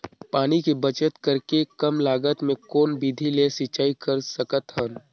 पानी के बचत करेके कम लागत मे कौन विधि ले सिंचाई कर सकत हन?